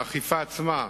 לגבי האכיפה עצמה,